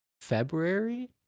February